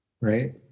right